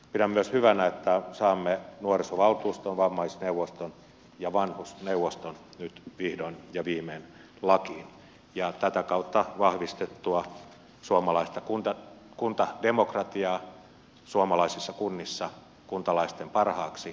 pidän myös hyvänä että saamme nuorisovaltuuston vammaisneuvoston ja vanhusneuvoston nyt vihdoin ja viimein lakiin ja tätä kautta vahvistettua suomalaista kuntademokratiaa suomalaisissa kunnissa kuntalaisten parhaaksi asuinpaikasta riippumatta